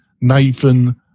Nathan